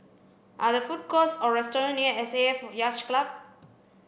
are there food courts or restaurants near S A F Yacht Club